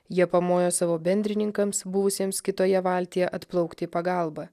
jie pamojo savo bendrininkams buvusiems kitoje valtyje atplaukti į pagalbą